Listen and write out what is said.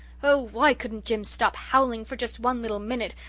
oh, why couldn't jims stop howling for just one little minute?